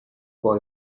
boy